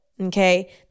okay